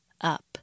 up